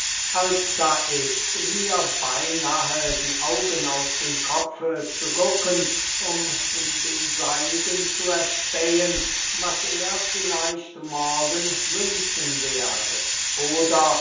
als da ist mir beynahe die augen aus dem kopfe zu gucken um in den seinigen zu erspähen was er vielleicht morgen wünschen werde oder